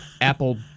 Apple